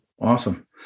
Awesome